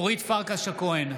אורית פרקש הכהן,